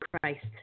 Christ